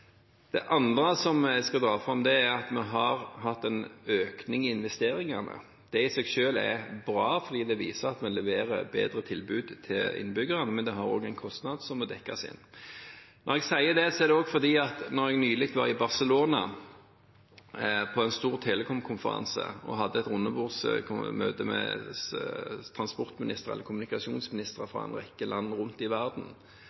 Det andre jeg skal dra fram, er at vi har hatt en økning i investeringene. Det i seg selv er bra, fordi det viser at vi leverer et bedre tilbud til innbyggerne. Men det har en kostnad, som må dekkes inn. Når jeg sier det, er det fordi jeg nylig var i Barcelona på en stor telekomkonferanse og hadde rundebordsmøte med kommunikasjonsministre fra en rekke land rundt om i verden.